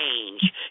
change